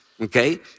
okay